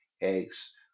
eggs